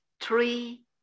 three